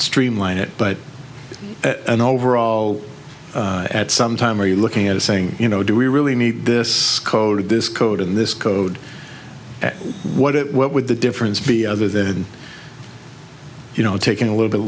streamline it but an overall at some time are you looking at saying you know do we really need this code this code in this code what it what would the difference be other than you know taking a little bit